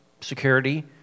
security